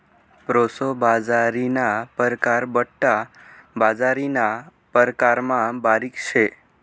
proso बाजरीना परकार बठ्ठा बाजरीना प्रकारमा बारीक शे